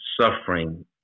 suffering